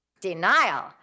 denial